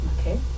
Okay